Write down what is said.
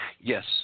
Yes